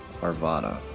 arvada